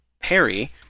Harry